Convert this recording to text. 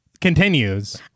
continues